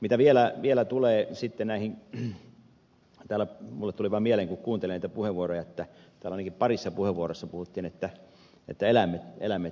mitä vielä tulee näihin asioihin minulle tuli vain mieleen kun kuuntelin näitä puheenvuoroja että täällä ainakin parissa puheenvuorossa puhuttiin että eläimet säikkyvät